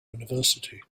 university